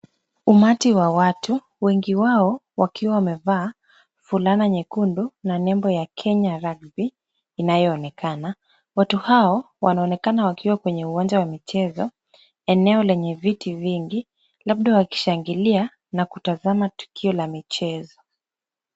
Umati wa watu wengi wao wakiwa wamevaa, fulana nyekundu na nembo ya Kenya Rugby, inayoonekana, watu hao wanaonekana wakiwa kwenye uwanja wa michezo, eneo lenye viti vingi. Labda wakishangilia na kutazama tukio la michezo.